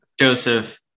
Joseph